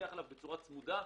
לפקח עליו בצורה צמודה,